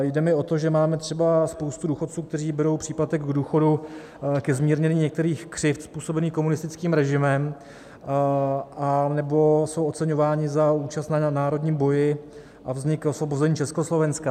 Jde mi o to, že máme třeba spoustu důchodců, kteří berou příplatek k důchodu ke zmírnění některých křivd způsobených komunistickým režimem anebo jsou oceňováni za účast na národním boji za vznik a osvobození Československa.